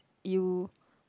you